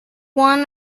one